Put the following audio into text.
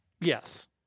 Yes